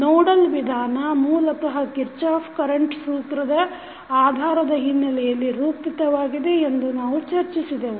nodal ವಿಧಾನ ಮೂಲತಃ Kirchhoff current ಸೂತ್ರದ Kirchhoff's current law ಆಧಾರದ ಹಿನ್ನೆಲೆಯಲ್ಲಿ ರೂಪಿತವಾಗಿದೆ ಎಂದು ನಾವು ಚರ್ಚಿಸಿದೆವು